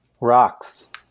Rocks